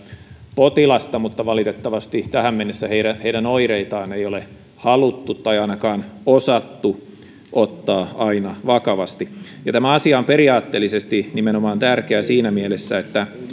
potilasta mutta valitettavasti tähän mennessä heidän heidän oireitaan ei ole haluttu tai ainakaan osattu ottaa aina vakavasti tämä asia on nimenomaan periaatteellisesti tärkeä siinä mielessä että